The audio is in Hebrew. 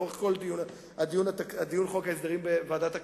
לאורך כל הדיון על חוק ההסדרים בוועדת הכנסת,